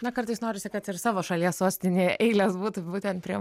na kartais norisi kad ir savo šalies sostinėje eilės būtų būtent prie